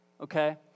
okay